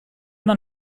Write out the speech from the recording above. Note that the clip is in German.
man